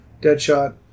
Deadshot